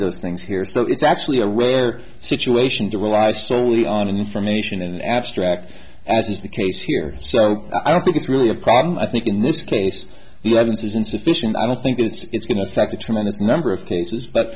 of those things here so it's actually a rare situation to rely solely on information and abstract as is the case here so i don't think it's really a problem i think in this case eleven says insufficient i don't think it's going to affect a tremendous number of cases but